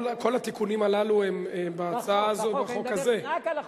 כל התיקונים הללו, בהצעה הזאת, בחוק, בחוק.